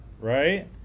right